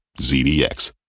ZDX